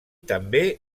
també